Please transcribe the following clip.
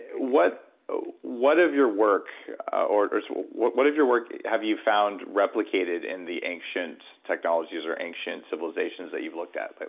what ah what of your work or or so what what of your work have you found replicated in the ancient technologies or ancient civilizations that you've looked at? like